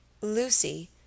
Lucy